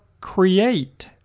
create